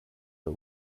der